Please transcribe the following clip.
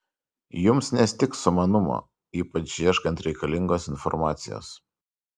jums nestigs sumanumo ypač ieškant reikalingos informacijos